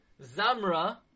zamra